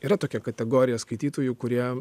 yra tokia kategorija skaitytojų kurie